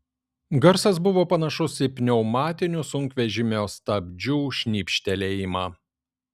garsas buvo panašus į pneumatinių sunkvežimio stabdžių šnypštelėjimą